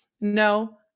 No